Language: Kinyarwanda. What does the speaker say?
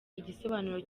igisobanuro